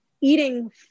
eating